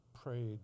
prayed